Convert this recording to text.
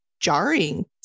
jarring